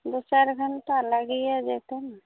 दुइ चारि घण्टा लागिए जेतै ने